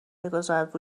میگذارد